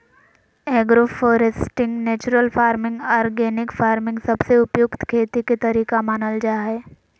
agro foresting, natural farming, organic farming सबसे उपयुक्त खेती के तरीका मानल जा हय